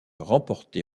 remportée